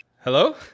Hello